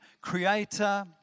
creator